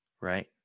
right